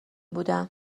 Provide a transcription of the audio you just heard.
بودم